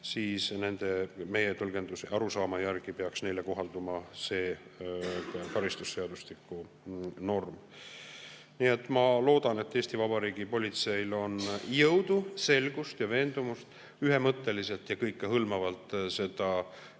peaks meie tõlgenduse ja arusaama järgi kohalduma see karistusseadustiku norm. Nii et ma loodan, et Eesti Vabariigi politseil on jõudu, selgust ja veendumust ühemõtteliselt ja kõikehõlmavalt seda